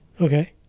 Okay